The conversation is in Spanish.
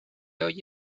hoy